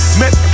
met